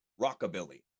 rockabilly